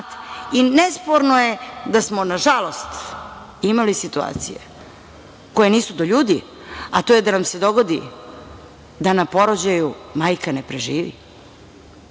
nesporno je da smo, nažalost, imali situacije koje nisu do ljudi, a to je da nam se dogodi da na porođaju majke ne preživi.